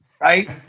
right